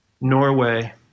Norway